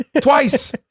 Twice